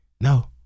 no